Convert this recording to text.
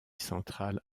central